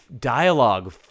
dialogue